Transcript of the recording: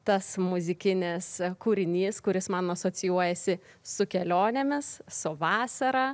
tas muzikinis kūrinys kuris man asocijuojasi su kelionėmis su vasara